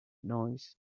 noise